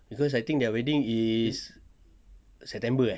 cause I think their wedding is september eh